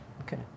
Okay